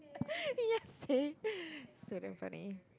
ya same so damn funny